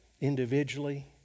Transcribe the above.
individually